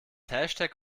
hashtag